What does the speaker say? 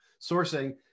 sourcing